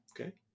Okay